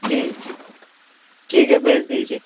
ٹھیک ٹھیک ہے بھیج دیجیے